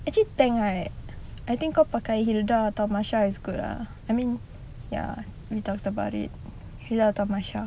actually tank right I think kau pakai hilda atau masha is good lah I mean ya we've talked about it hilda atau masha